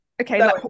Okay